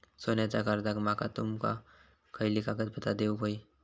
सोन्याच्या कर्जाक माका तुमका खयली कागदपत्रा देऊक व्हयी?